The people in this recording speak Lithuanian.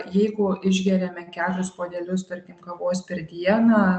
jeigu išgeriame keturis puodelius tarkim kavos per dieną